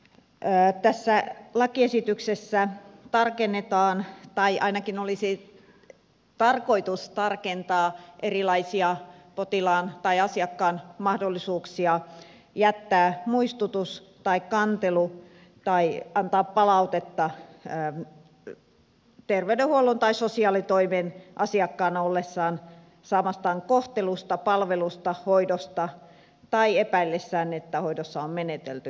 tässä lakiesityksessä tarkennetaan tai ainakin olisi tarkoitus tarkentaa erilaisia potilaan tai asiakkaan mahdollisuuksia jättää muistutus tai kantelu tai antaa palautetta terveydenhuollon tai sosiaalitoimen asiakkaana ollessaan saamastaan kohtelusta palvelusta hoidosta tai epäillessään että hoidossa on menetelty virheellisesti